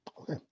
Okay